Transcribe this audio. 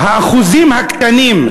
האחוזים הקטנים,